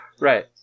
Right